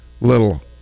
little